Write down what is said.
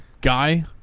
guy